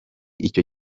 icyo